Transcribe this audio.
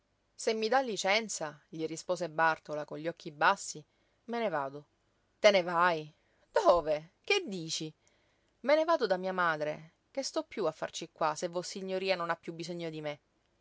se mi dà licenza gli rispose bàrtola con gli occhi bassi me ne vado te ne vai dove che dici me ne vado da mia madre che sto piú a farci qua se vossignoria non ha più bisogno di me